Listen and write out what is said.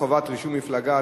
חובת רישום כמפלגה),